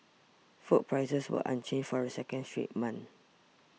food prices were unchanged for a second straight month